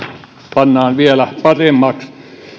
pannaan vielä paremmaksi